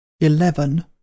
Eleven